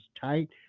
tight